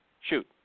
Shoot